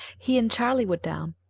he and charlie were down.